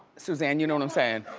suzanne, you know what i'm sayin'?